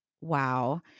wow